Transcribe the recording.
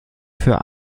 für